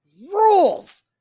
Rules